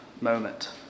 moment